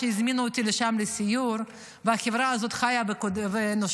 שהזמינו אותי לשם לסיור והחברה הזאת חיה ונושמת,